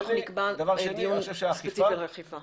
ואנחנו נקבע דיון ספציפי על אכיפה.